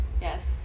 Yes